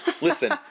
listen